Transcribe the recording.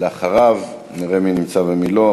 אחריו נראה מי נמצא ומי לא,